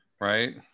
right